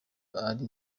ari